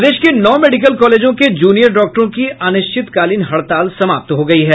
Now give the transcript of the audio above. प्रदेश के नौ मेडिकल कॉलेजों के जूनियर डॉक्टरों की अनिश्चितकालीन हड़ताल समाप्त हो गयी है